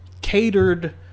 catered